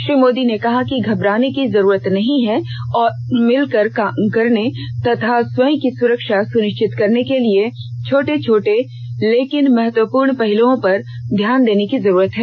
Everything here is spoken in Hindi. श्री मोदी ने कहा कि घबराने की जरूरत नहीं है और मिलकर काम करने तथा स्वयं की सुरक्षा सुनिश्चित करने के लिए छोट छोटे लेकिन महत्वपूर्ण पहलुओं पर ध्यान देने की जरूरत है